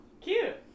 Cute